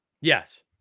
Yes